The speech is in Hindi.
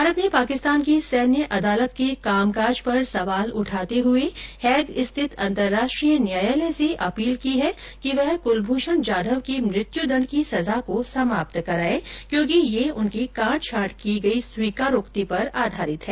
भारत ने पाकिस्तान की सैन्य अदालत के कामकाज पर सवाल उठाते हुए हेग स्थित अंतर्राष्ट्रीय न्यायालय से अपील की है कि वह कुलभूषण जाधव की मृत्युदंड की सजा को समाप्त कराए क्योंकि यह उनकी कांट छांट की गई स्वीकारोक्ति पर आधारित है